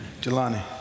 Jelani